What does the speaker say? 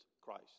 Christ